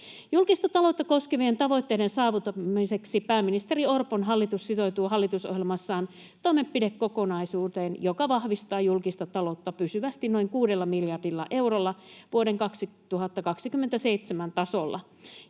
Julkista taloutta koskevien tavoitteiden saavuttamiseksi pääministeri Orpon hallitus sitoutuu hallitusohjelmassaan toimenpidekokonaisuuteen, joka vahvistaa julkista taloutta pysyvästi noin kuudella miljardilla eurolla vuoden 2027 tasolla.